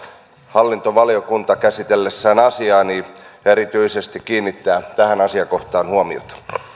hallintovaliokunta käsitellessään asiaa erityisesti kiinnittää tähän asiakohtaan huomiota